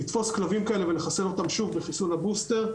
לתפוס כלבים כאלה ולחסן אותם שוב בחיסון הבוסטר,